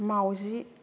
माउजि